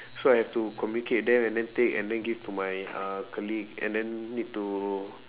so I have to communicate with them and then take and then give to my uh colleague and then need to